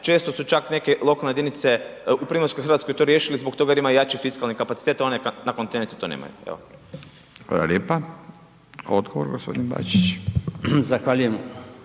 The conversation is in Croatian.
često su čak neke lokalne jedinice u Primorskoj Hrvatskoj to riješili zbog toga jer imaju jači fiskalni kapacitet, a na kontinentu to nemaju. **Radin, Furio (Nezavisni)** Hvala lijepa.